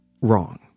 Wrong